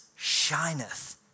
shineth